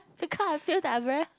because I feel that I very